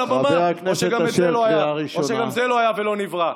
על הבמה, או שגם זה לא היה ולא נברא?